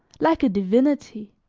like a divinity.